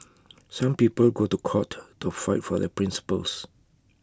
some people go to court to fight for their principles